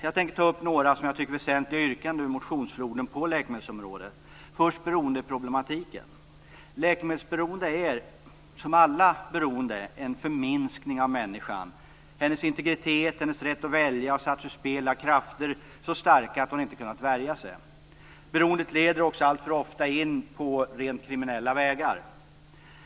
Jag tänker ta upp några, som jag tycker, väsentliga yrkanden ur motionsfloden på läkemedelsområdet, först beroendeproblematiken. Läkemedelsberoende är, som allt beroende, en förminskning av människan. Hennes integritet och hennes rätt att välja har satts ur spel av krafter så starka att hon inte kunnat värja sig. Beroendet leder också alltför ofta in på rent kriminella vägar.